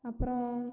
அப்புறம்